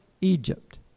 Egypt